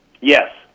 Yes